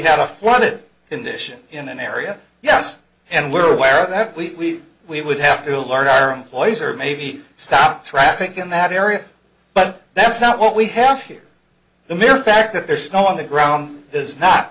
have afforded in this in an area yes and we're aware of that we we would have to learn our employees or maybe stop traffic in that area but that's not what we have here the mere fact that there's snow on the ground is not